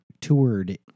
toured